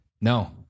No